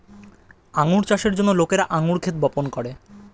আঙ্গুর চাষের জন্য লোকেরা আঙ্গুর ক্ষেত বপন করে